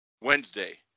Wednesday